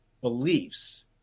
Beliefs